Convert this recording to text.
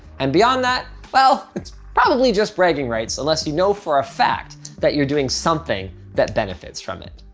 and beyond that, well, it's probably just bragging rights unless you know for a fact that you're doing something that benefits from it.